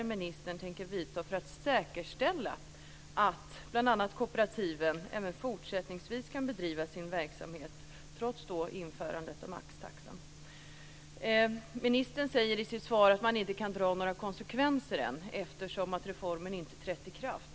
Ministern säger i sitt svar att man inte kan dra några konsekvenser än, eftersom reformen inte trätt i kraft.